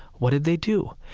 what did they do?